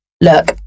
Look